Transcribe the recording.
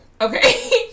Okay